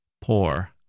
poor